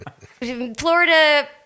Florida